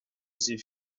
ces